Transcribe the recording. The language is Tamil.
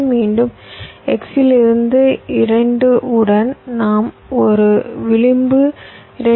மீண்டும் x இலிருந்து 2 உடன் நாம் ஒரு விளிம்பு 2